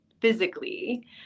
physically